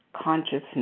consciousness